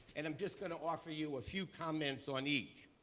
and i'm just going to offer you a few comments on each.